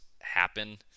happen